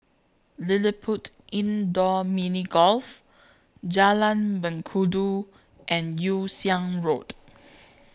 LilliPutt Indoor Mini Golf Jalan Mengkudu and Yew Siang Road